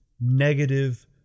negative